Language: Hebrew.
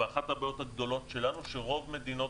ואחת הבעיות הגדולות שלנו היא שרוב מדינות